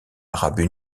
arabes